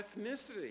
ethnicity